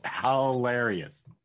hilarious